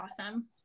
awesome